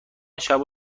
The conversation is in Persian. شبو